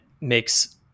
makes